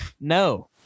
no